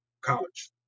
college